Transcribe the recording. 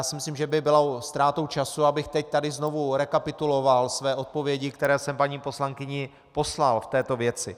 Myslím si, že by bylo ztrátou času, abych teď tady znovu rekapituloval své odpovědi, které jsem paní poslankyni poslal v této věci.